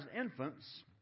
infants